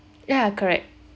yeah correct